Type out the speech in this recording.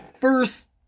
first